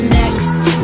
next